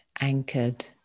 anchored